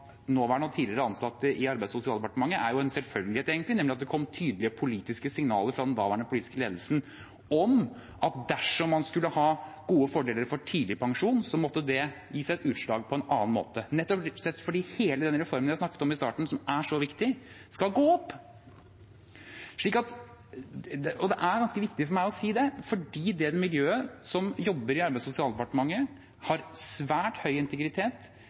nåværende og tidligere ansatte i Arbeids- og sosialdepartementet, er egentlig en selvfølgelighet, nemlig at det kom tydelige politiske signaler fra den daværende politiske ledelsen om at dersom man skulle ha gode fordeler for tidligpensjon, måtte det gi seg utslag på en annen måte, rett og slett fordi hele denne reformen jeg snakket om i starten, som er så viktig, skal gå opp. Det er ganske viktig for meg å si det, fordi det miljøet, de som jobber i Arbeids- og sosialdepartementet, har svært høy integritet.